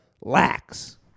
lacks